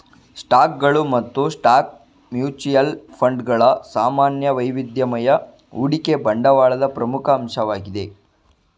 ಸ್ಟಾಕ್ಗಳು ಮತ್ತು stock mutual fund ಗಳ ಸಾಮಾನ್ಯ ವೈವಿಧ್ಯಮಯ ಹೂಡಿಕೆ ಬಂಡವಾಳದ ಪ್ರಮುಖ ಅಂಶವಾಗಿದೆ